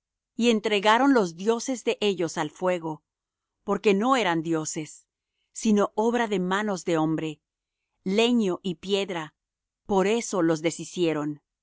y entregaron los dioses de ellos al fuego porque no eran dioses sino obra de manos de hombre leño y piedra por eso los deshicieron